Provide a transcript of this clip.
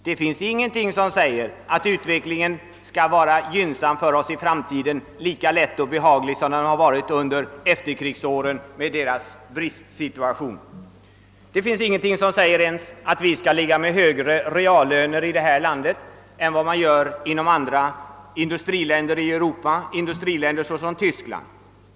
Det finns ingenting som säger att utvecklingen skall vara gynnsam för oss i framtiden och lika lätt som den har varit under efterkrigsåren med deras bristsituation. Det finns ingenting som ens säger att vi skall ligga med högre reallöner i det här landet än vad fallet är i andra industriländer inom Europa, såsom Tyskland.